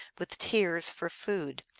with tears, for food.